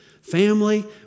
Family